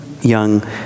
young